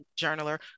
journaler